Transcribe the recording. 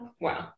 Wow